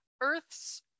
earth's